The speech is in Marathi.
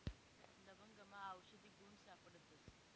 लवंगमा आवषधी गुण सापडतस